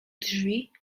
drzwi